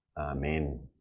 Amen